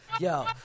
Yo